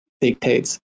dictates